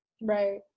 right